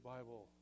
Bible